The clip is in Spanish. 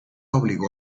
obligó